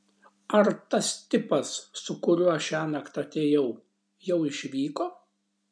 ar tas tipas su kuriuo šiąnakt atėjau jau išvyko